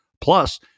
plus